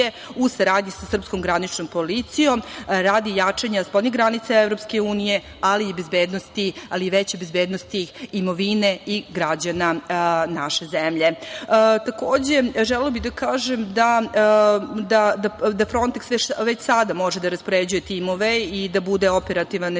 u saradnji sa srpskom graničnom policijom radi jačanja spoljnih granica EU, ali i veće bezbednosti imovine i građana naše zemlje. Takođe, želela bih da kažem da "Fronteks" već sada može da raspoređuje timove i da bude operativan na